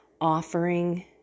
offering